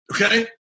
okay